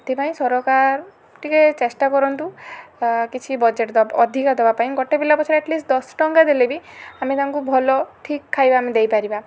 ସେଥିପାଇଁ ସରକାର ଟିକେ ଚେଷ୍ଟା କରନ୍ତୁ କିଛି ବଜେଟ ଦବ ଅଧିକା ଦବା ପାଇଁ ଗୋଟେ ପିଲା ପଛେରେ ଆଟଲିଷ୍ଟ ଦଶ ଟଙ୍କା ଦେଲେ ବି ଆମେ ତାଙ୍କୁ ଭଲ ଠିକ୍ ଖାଇବା ଆମେ ଦେଇପାରିବା